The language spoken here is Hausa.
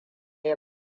ya